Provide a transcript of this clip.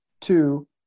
Two